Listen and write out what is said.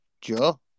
Joe